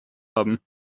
haben